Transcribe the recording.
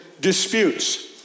disputes